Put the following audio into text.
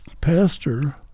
pastor